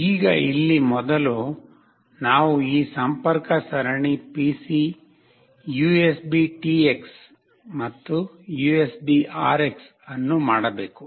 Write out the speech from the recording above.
ಈಗ ಇಲ್ಲಿ ಮೊದಲು ನಾವು ಈ ಸಂಪರ್ಕ ಸರಣಿ PC USBTX ಮತ್ತು USBRX ಅನ್ನು ಮಾಡಬೇಕು